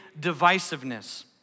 divisiveness